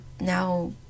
now